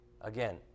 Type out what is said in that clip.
Again